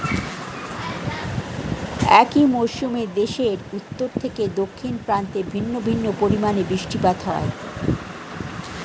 একই মরশুমে দেশের উত্তর থেকে দক্ষিণ প্রান্তে ভিন্ন ভিন্ন পরিমাণে বৃষ্টিপাত হয়